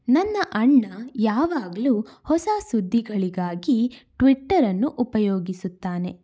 ನನ್ನ ಅಣ್ಣ ಯಾವಾಗಲೂ ಹೊಸ ಸುದ್ದಿಗಳಿಗಾಗಿ ಟ್ವಿಟ್ಟರನ್ನು ಉಪಯೋಗಿಸುತ್ತಾನೆ